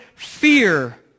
Fear